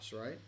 right